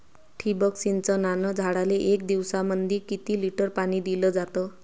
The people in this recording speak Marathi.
ठिबक सिंचनानं झाडाले एक दिवसामंदी किती लिटर पाणी दिलं जातं?